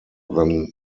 than